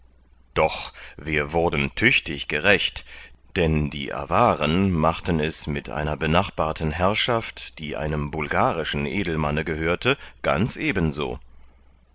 doch wir wurden tüchtig gerächt denn die avaren machten es mit einer benachbarten herrschaft die einem bulgarischen edelmanne gehörte ganz eben